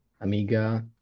Amiga